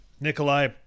Nikolai